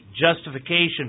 justification